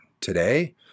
today